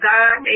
God